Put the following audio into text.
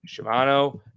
Shimano